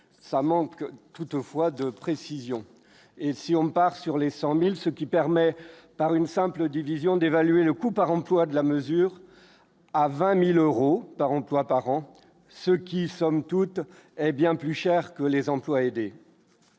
ça manque toutefois de précision et si on part sur les 100000 ce qui permet par une simple division d'évaluer le coût par emploi de la mesure à 20000 euros par emploi par an ce qui somme toute est bien plus cher que les emplois aidés.